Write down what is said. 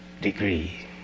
degree